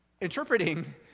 interpreting